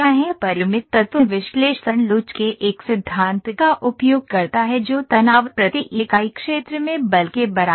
परिमित तत्व विश्लेषण लोच के एक सिद्धांत का उपयोग करता है जो तनाव प्रति इकाई क्षेत्र में बल के बराबर है